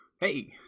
hey